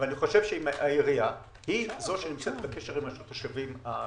העירייה נמצאת בקשר השוטף עם התושבים.